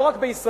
לא רק בישראל,